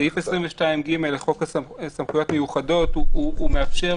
סעיף 22ג לחוק סמכויות מיוחדות מאפשר